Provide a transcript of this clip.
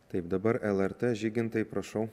taip dabar lrt žygintai prašau